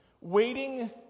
waiting